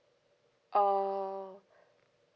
oh